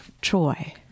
Troy